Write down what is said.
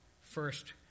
First